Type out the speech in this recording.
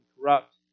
corrupt